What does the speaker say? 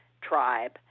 tribe